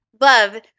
love